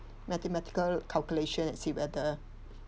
mathematical calculation and see whether